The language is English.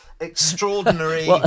extraordinary